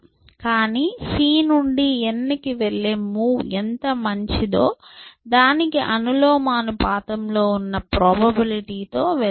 కానీ సి నుండి n కి వెళ్లే మూవ్ ఎంత మంచిదో దానికి అనులోమానుపాతంలో ఉన్న ప్రాబబిలిటీ తో వెళ్తుంది